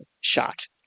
shot